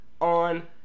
on